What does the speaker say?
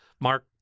Mark